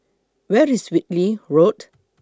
Where IS Whitley Road